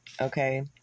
okay